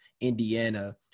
Indiana